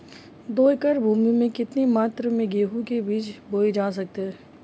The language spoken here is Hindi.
दो एकड़ भूमि में कितनी मात्रा में गेहूँ के बीज बोये जा सकते हैं?